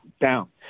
down